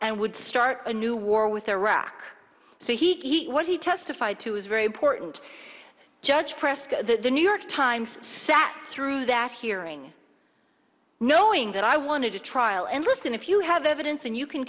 and would start a new war with iraq so he what he testified to is very important judge press the new york times sat through that hearing knowing that i wanted to trial and listen if you have evidence and you can